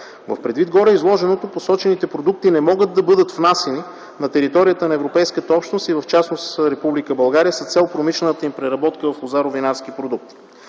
Предвид гореизложеното посочените продукти не могат да бъдат внасяни на територията на Европейската общност и в частност в Република България с цел промишлената й преработка в лозаро-винарски продукти.